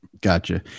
Gotcha